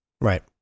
right